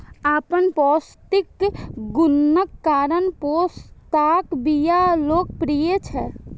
अपन पौष्टिक गुणक कारण पोस्ताक बिया लोकप्रिय छै